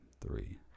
Three